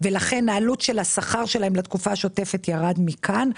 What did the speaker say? ולכן העלות של השכר שלהם לתקופה השוטפת ירד מכאן.